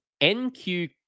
NQ